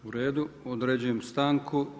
U redu, određujem stanku.